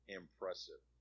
impressive